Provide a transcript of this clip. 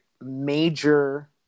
major